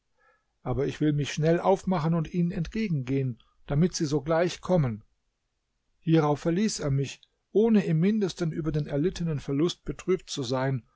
aber ich will mich schnell aufmachen und ihnen entgegengehen damit sie sogleich kommen hierauf verließ er mich ohne im mindesten über den erlittenen verlust betrübt zu sein